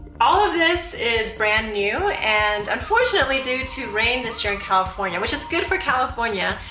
all of this is brand new and unfortunately due to rain this year in california, which is good for california.